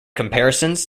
comparisons